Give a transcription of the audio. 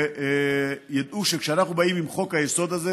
שידעו שכשאנחנו באים עם חוק-היסוד הזה,